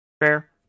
Fair